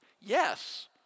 yes